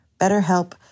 BetterHelp